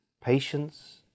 patience